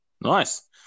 nice